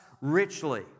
richly